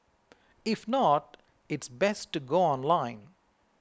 if not it's best to go online